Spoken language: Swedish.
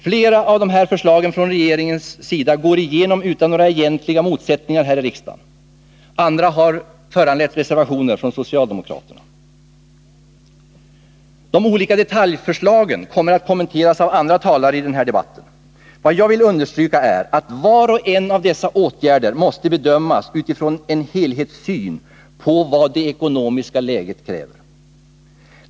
Flera av de här förslagen från regeringen går igenom utan några egentliga invändningar här i riksdagen, andra har föranlett reservationer från socialdemokraterna. De olika detaljförslagen kommer att kommenteras av andra talare i den här debatten. Vad jag vill understryka är att var och en av dessa åtgärder måste bedömas utifrån en helhetssyn på vad det ekonomiska läget kräver.